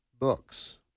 books